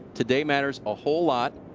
today matters a whole lot.